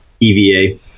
EVA